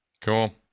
Cool